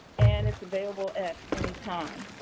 and it's available at any time.